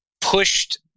pushed